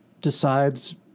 decides